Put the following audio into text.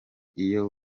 iyo